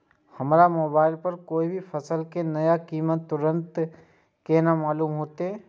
हमरा मोबाइल पर कोई भी फसल के नया कीमत तुरंत केना मालूम होते?